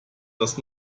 das